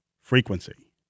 frequency